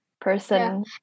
person